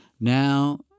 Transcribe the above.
Now